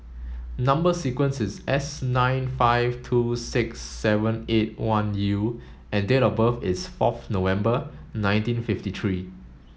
number sequence is S nine five two six seven eight one U and date of birth is fourth November nineteen fifty three